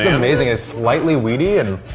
yeah amazing! it's slightly wheat-y and.